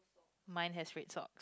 mine has red socks